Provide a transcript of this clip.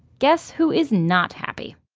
guess who is not happy?